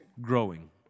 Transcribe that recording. growing